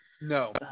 no